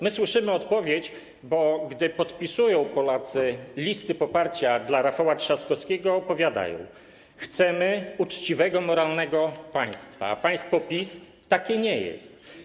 My słyszymy odpowiedź, bo gdy Polacy podpisują listy poparcia dla Rafała Trzaskowskiego, opowiadają: chcemy uczciwego, moralnego państwa, a państwo PiS takie nie jest.